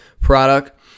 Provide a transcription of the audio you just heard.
product